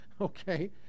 Okay